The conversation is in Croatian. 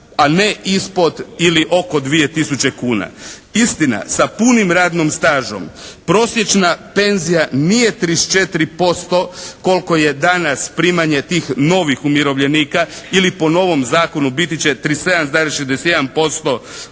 a ne ispod ili oko 2 tisuće kuna. Istina, sa punim radnim stažom prosječna penzija nije 34% koliko je danas primanje tih novih umirovljenika ili po novom zakonu biti će 37,61%